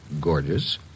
gorgeous